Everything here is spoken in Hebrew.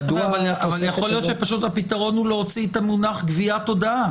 יכול להיות שהפתרון הוא להוציא את המונח גביית הודעה.